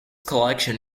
collection